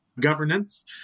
governance